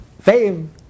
fame